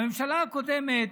לממשלה הקודמת,